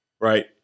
Right